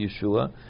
Yeshua